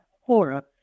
horror